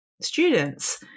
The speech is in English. students